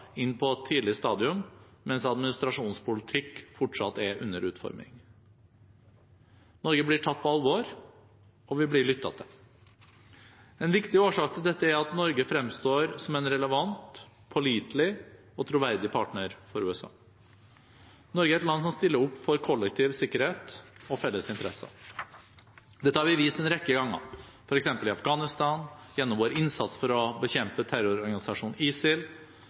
inn på et tidlig stadium mens administrasjonens politikk fortsatt er under utforming. Norge blir tatt på alvor, og vi blir lyttet til. En viktig årsak til dette er at Norge fremstår som en relevant, pålitelig og troverdig partner for USA. Norge er et land som stiller opp for kollektiv sikkerhet og felles interesser. Dette har vi vist